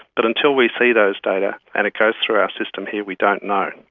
but until we see those data and it goes through our system here, we don't know.